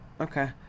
Okay